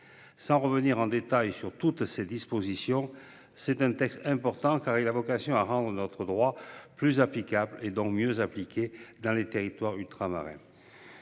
Sans revenir en détail sur toutes ses dispositions, ce texte est important, car il a vocation à rendre notre droit plus applicable et donc mieux appliqué dans les territoires ultramarins.